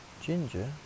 Ginger